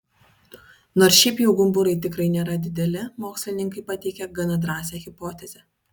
nors šiaip jau gumburai tikrai nėra dideli mokslininkai pateikė gana drąsią hipotezę